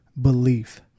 belief